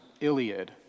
Iliad